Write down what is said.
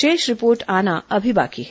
शेष रिपोर्ट आना अभी बाकी है